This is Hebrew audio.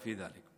יש להם חלק בזה.